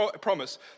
promise